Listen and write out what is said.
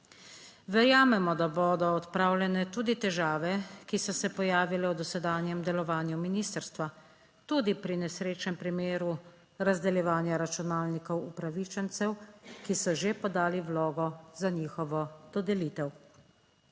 Verjamemo, da bodo odpravljene tudi težave, ki so se pojavile v dosedanjem delovanju ministrstva, tudi pri nesrečnem primeru razdeljevanja računalnikov upravičencev, ki so že podali vlogo za njihovo dodelitev.